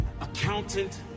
Accountant